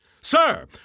Sir